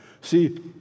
See